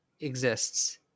exists